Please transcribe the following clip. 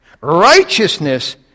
Righteousness